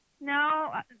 No